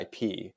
ip